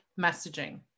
messaging